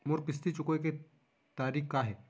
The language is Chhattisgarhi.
मोर किस्ती चुकोय के तारीक का हे?